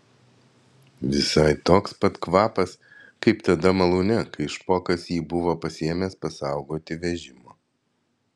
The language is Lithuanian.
visai toks pat kvapas kaip tada malūne kai špokas jį buvo pasiėmęs pasaugoti vežimo